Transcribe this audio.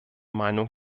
meinung